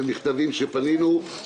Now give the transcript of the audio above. אתמול היה דיון בממשלה בכל נושא רכש גומלין.